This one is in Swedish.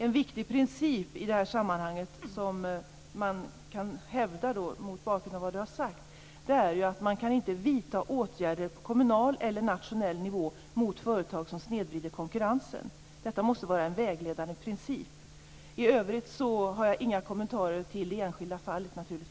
En viktig princip i det här sammanhanget, som man kan hävda mot bakgrund av vad Ann-Kristin Føsker har sagt, är att man inte kan vidta åtgärder på kommunal eller nationell nivå mot företag som snedvrider konkurrensen. Detta måste vara en vägledande princip. I övrigt har jag naturligtvis inga kommentarer till det enskilda fallet.